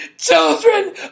children